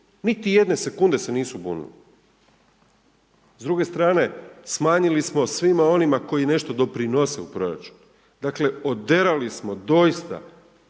niti jedne sekunde se nisu budili. S druge strane, smanjili smo svima onima koji nešto doprinose u proračunu, dakle oderali smo doista